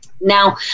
Now